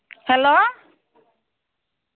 hello